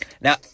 Now